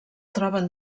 troben